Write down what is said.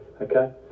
Okay